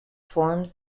forms